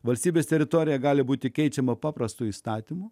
valstybės teritorija gali būti keičiama paprastu įstatymu